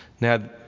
Now